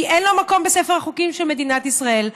כי אין לו מקום בספר החוקים של מדינת ישראל,